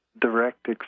direct